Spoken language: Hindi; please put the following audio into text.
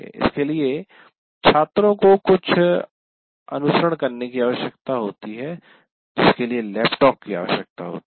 इसके लिए छात्रों को कुछ अनुरूपण सिमुलेट करने की आवश्यकता होती है जिसके लिए लैपटॉप की आवश्यकता होती है